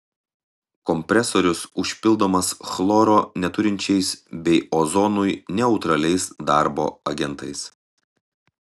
kompresorius užpildomas chloro neturinčiais bei ozonui neutraliais darbo agentais